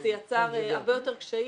זה יצר הרבה יותר קשיים.